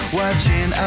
watching